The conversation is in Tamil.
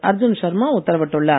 அர்ஜுன் சர்மா உத்தரவிட்டுள்ளார்